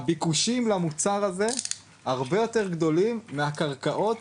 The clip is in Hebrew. הביקוש למוצר הזה הרבה יותר גדולים מהקרקעות